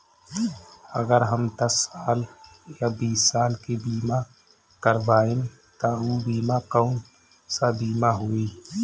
अगर हम दस साल या बिस साल के बिमा करबइम त ऊ बिमा कौन सा बिमा होई?